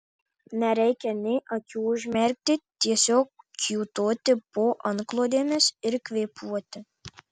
nereikia nė akių užmerkti tiesiog kiūtoti po antklodėmis ir kvėpuoti